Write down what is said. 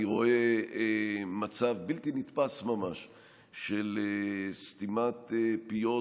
אני רואה מצב בלתי נתפס ממש של סתימת פיות,